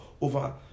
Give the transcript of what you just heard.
over